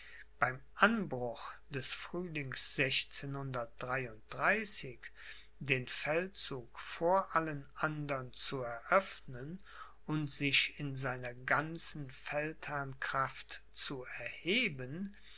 beim anbruch des fruehling den feldzug vor allen andern zu eröffnen und sich in seiner ganzen feldherrnkraft zu erheben